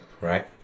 Right